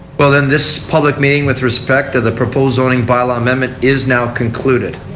well then this public meeting with respect to the zoning by-law amendment is now concluded.